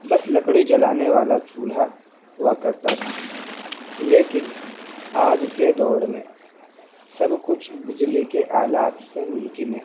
بس لکڑی جلانے والا چولہا ہوا کرتا تھا لیکن آج کے دور میں سب کچھ بجلی کے آلات سے ممکن ہے